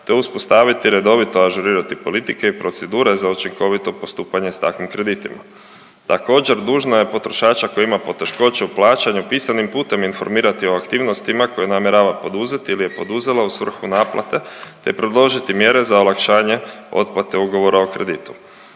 te uspostaviti i redovito ažurirati politike i procedure za učinkovito postupanje s takvim kreditima. Također dužna je potrošača koji ima poteškoća u plaćanju pisanim putem informirati o aktivnostima koje namjerava poduzeti ili je poduzela u svrhu naplate, te predložiti mjere za olakšanje otplate ugovora o kreditu.